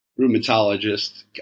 rheumatologist